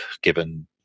given